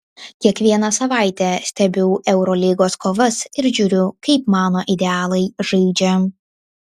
kiekvieną savaitę stebiu eurolygos kovas ir žiūriu kaip mano idealai žaidžia